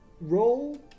Roll